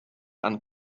and